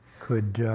could